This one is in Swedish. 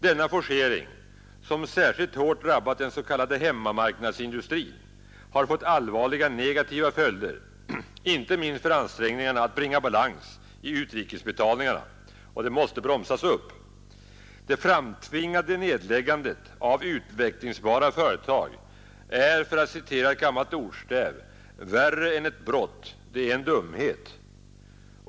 Denna forcering, som särskilt hårt drabbat den s.k. hemmamarknadsindustrin, har fått allvarliga negativa följder inte minst för ansträngningarna att bringa balans i utrikesbetalningarna och måste bromsas upp. Det framtvingade nedläggandet av utvecklingsbara företag är, för att citera ett gammalt ordstäv, värre än ett brott; det är en dumhet.